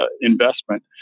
investment